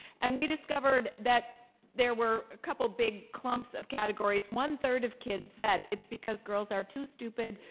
and we discovered that there were couple big clumps of categories. one third of kids said it's because girls are too stupid,